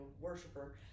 worshiper